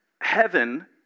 heaven